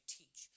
teach